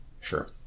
Sure